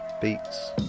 Beats